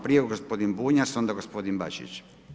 Prije gospodin Bunjac, onda gospodin Bačić.